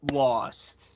lost